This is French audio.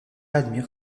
admire